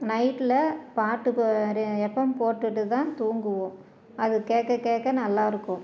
நைட்டில் பாட்டு பா எஃப்எம் போட்டுவிட்டுதான் தூங்குவோம் அது கேட்க கேட்க நல்லா இருக்கும்